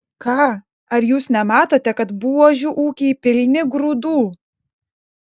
ką ar jūs nematote kad buožių ūkiai pilni grūdų